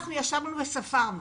אנחנו ישבנו וספרנו.